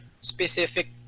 specific